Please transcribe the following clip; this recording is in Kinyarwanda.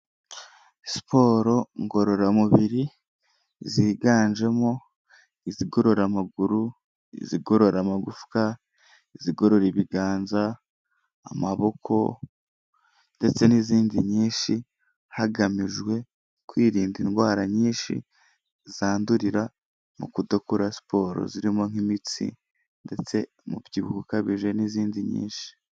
Siporo ngororamubiri, ziganjemo izigorora amaguru, izigorora amagufwa, izigorora ibiganza, amaboko ndetse n'izindi nyinshi, hagamijwe kwirinda indwara nyinshi zandurira mu kudakora siporo zirimo nk'imitsi ndetse umubyibuho ukabije n'izindi nyinshi.